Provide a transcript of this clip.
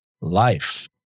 life